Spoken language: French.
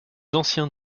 anciens